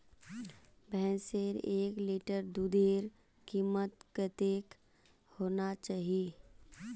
भैंसेर एक लीटर दूधेर कीमत कतेक होना चही?